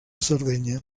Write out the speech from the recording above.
sardenya